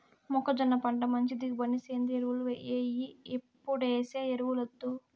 మొక్కజొన్న పంట మంచి దిగుబడికి సేంద్రియ ఎరువులు ఎయ్యి ఎప్పుడేసే ఎరువులొద్దు